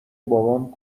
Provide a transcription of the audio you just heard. بابام